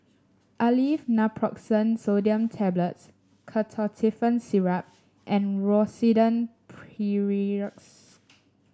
Aleve Naproxen Sodium Tablets Ketotifen Syrup and Rosiden